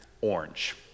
Orange